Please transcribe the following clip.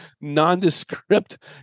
nondescript